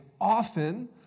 often